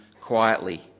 quietly